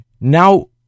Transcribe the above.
Now